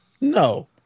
No